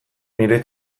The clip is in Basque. nire